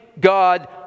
God